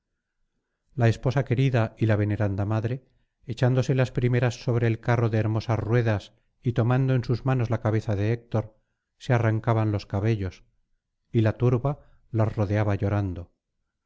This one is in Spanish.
la esposa querida y la veneranda madre echándose las primeras sobre el carro de hermosas ruedas y tomando en sus manos la cabeza de héctor se arrancaban los cabellos y la turba las rodeaba llorando